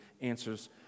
answers